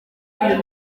uyu